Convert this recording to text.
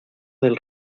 del